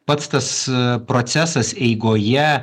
pats tas procesas eigoje